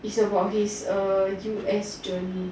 it's about his err U_S journey